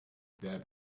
that